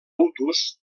hutus